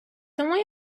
тому